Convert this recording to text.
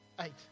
Eight